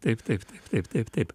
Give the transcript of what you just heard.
taip taip taip taip taip